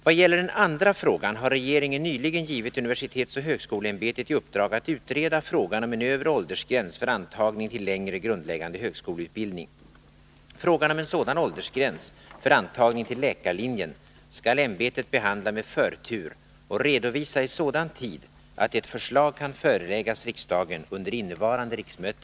Vad gäller den andra frågan har regeringen nyligen givit universitetsoch högskoleämbetet i uppdrag att utreda frågan om en övre åldersgräns för antagning till längre grundläggande högskoleutbildning. Frågan om en sådan åldersgräns för antagning till läkarlinjen skall ämbetet behandla med förtur och redovisa i sådan tid att ett förslag kan föreläggas riksdagen under innevarande riksmöte.